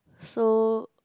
so